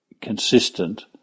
consistent